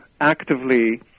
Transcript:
actively